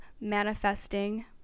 manifesting